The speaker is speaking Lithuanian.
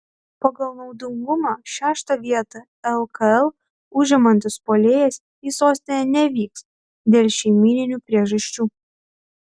pagal naudingumą šeštą vietą lkl užimantis puolėjas į sostinę nevyks dėl šeimyninių priežasčių